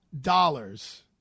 dollars